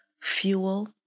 fuel